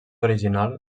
original